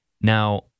Now